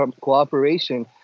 Cooperation